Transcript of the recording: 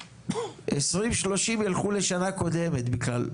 20-30 ילכו בשנה קודמת בכלל,